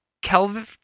Kelvin